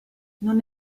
non